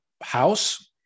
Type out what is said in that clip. house